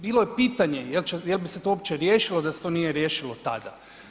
Bilo je pitanje je li bi se to uopće riješilo da se to nije riješilo tada.